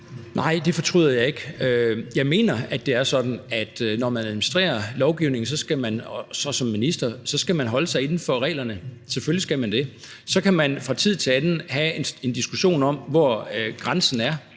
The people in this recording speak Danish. Nej, det fortryder jeg ikke. Jeg mener, det er sådan, at når man administrerer lovgivningen som minister, skal man holde sig inden for reglerne, selvfølgelig skal man det. Så kan vi fra tid til anden have en diskussion om, hvor grænsen er,